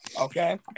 Okay